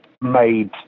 made